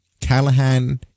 Callahan